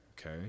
okay